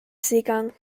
seegang